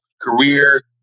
career